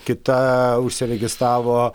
kita užsiregistravo